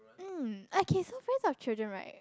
mmm okay so friends of children right